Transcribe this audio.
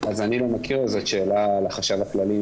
אני לא מכיר, זאת שאלה לחשב הכללי.